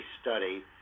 study